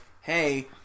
hey